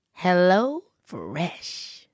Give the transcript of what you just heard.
HelloFresh